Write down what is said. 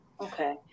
Okay